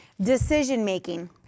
Decision-making